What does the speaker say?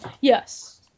Yes